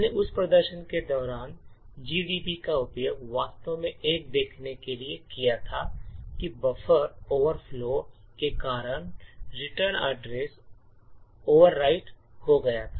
हमने उस प्रदर्शन के दौरान GDB का उपयोग वास्तव में यह देखने के लिए किया था कि बफर ओवरफ्लो के कारण रिटर्न एड्रेस ओवरराइट हो गया था